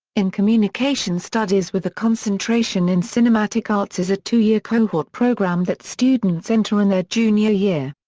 in communication studies with a concentration in cinematic arts is a two year cohort program that students enter in their junior year.